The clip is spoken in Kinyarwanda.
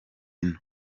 ino